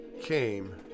came